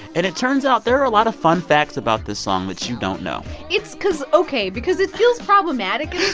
and it turns out there are a lot of fun facts about this song which you don't know it's cause ok, because it feels problematic in